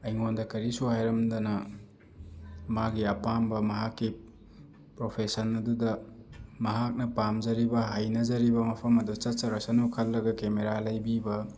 ꯑꯩꯉꯣꯟꯗ ꯀꯔꯤꯁꯨ ꯍꯥꯏꯔꯝꯗꯅ ꯃꯥꯒꯤ ꯑꯄꯥꯝꯕ ꯃꯍꯥꯛꯀꯤ ꯄ꯭ꯔꯣꯐꯦꯁꯟ ꯑꯗꯨꯗ ꯃꯍꯥꯛꯅ ꯄꯥꯝꯖꯔꯤꯕ ꯍꯩꯅꯖꯔꯤꯕ ꯃꯐꯝ ꯑꯗꯨ ꯆꯠꯆꯔꯁꯅꯨ ꯈꯜꯂꯒ ꯀꯦꯃꯦꯔꯥ ꯂꯩꯕꯤꯕ